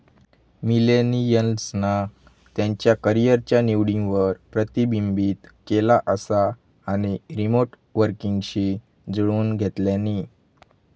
मिलेनियल्सना त्यांच्या करीयरच्या निवडींवर प्रतिबिंबित केला असा आणि रीमोट वर्कींगशी जुळवुन घेतल्यानी